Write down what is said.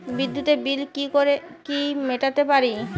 বিদ্যুতের বিল কি মেটাতে পারি?